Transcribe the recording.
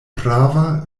prava